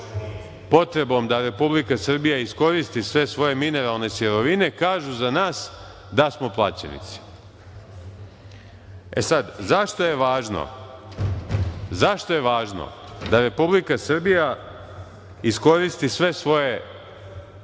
potrebom da Republika Srbija iskoristi sve svoje mineralne sirovine kažu za nas da smo plaćenici.Zašto je važno da Republika Srbija iskoristi sve svoje